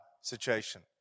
situation